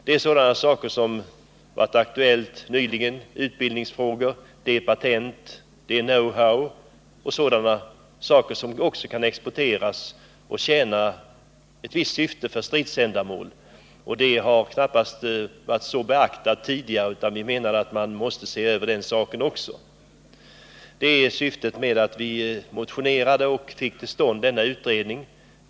Till de saker som har varit aktuella nyligen hör utbildning, patent och know-how, saker som kan exporteras och tjäna ett visst stridsändamål. Detta har knappast beaktats tidigare. Vi anser att man måste se över även dessa saker. Det är syftet med att vi motionerade och fick till stånd denna utredning.